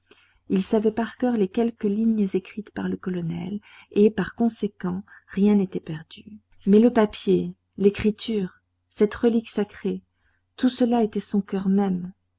il savait par coeur les quelques lignes écrites par le colonel et par conséquent rien n'était perdu mais le papier l'écriture cette relique sacrée tout cela était son coeur même